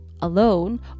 alone